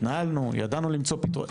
התנהלנו, ידענו למצוא פתרון.